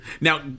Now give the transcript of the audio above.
Now